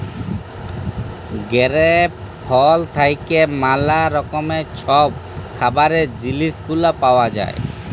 grape ফল থ্যাইকে ম্যালা রকমের ছব খাবারের জিলিস গুলা পাউয়া যায়